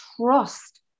trust